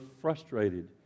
frustrated